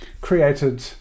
created